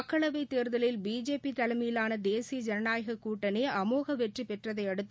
மக்களவை தேர்தலில் பிஜேபி தலைமையிலான தேசிய ஜனநாயக கூட்டணி அமோக வெற்றி பெற்றதையடுத்து